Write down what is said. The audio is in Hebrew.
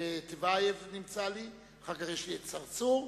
חבר הכנסת טיבייב, נמצא, ואחריו, חבר הכנסת צרצור,